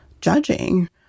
judging